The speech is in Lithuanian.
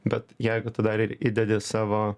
bet jeigu tu dar ir įdedi savo